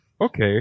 okay